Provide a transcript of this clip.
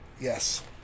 yes